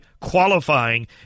qualifying